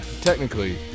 technically